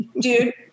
dude